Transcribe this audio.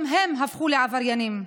גם הם הפכו לעבריינים.